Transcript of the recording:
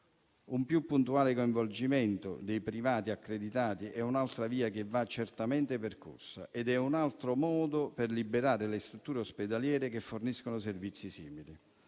Un più puntuale coinvolgimento dei privati accreditati è un'altra via che va certamente percorsa ed è un altro modo per liberare le strutture ospedaliere che forniscono servizi simili.